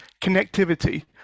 connectivity